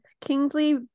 Kingsley